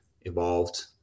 evolved